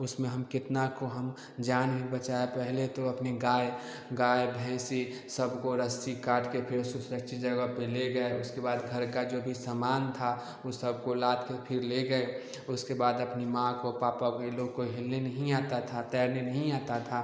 उसमें हम कितना को हम जान भी बचाए पहेले तो अपनी गाय गाय भैंसे सबको रस्सी काट कर फिर उसे सुरक्छित जगह पे ले गए उसके बाद घर का जो भी सामान था वो सब को लादके फिर ले गए उसके बाद अपनी माँ को पापा को ये लोग को हिलने नही आता था तैरने नही आता था